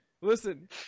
listen